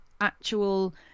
actual